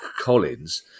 Collins